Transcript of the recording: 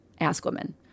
askwomen